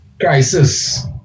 Crisis